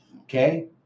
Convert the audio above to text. okay